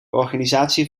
organisatie